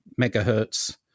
megahertz